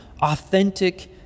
authentic